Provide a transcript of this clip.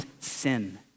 sin